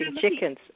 chickens